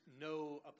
no